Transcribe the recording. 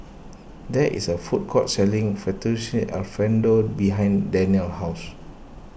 there is a food court selling Fettuccine Alfredo behind Danelle house